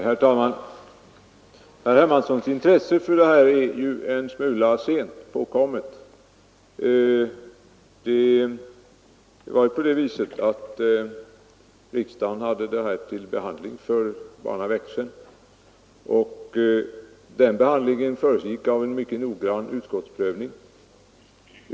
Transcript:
Herr talman! Herr Hermanssons intresse är en smula sent påkommet. Riksdagen hade anslagsfrågan till behandling för bara någon månad sedan. Den behandlingen föregicks av en mycket noggrann utskottsprövning.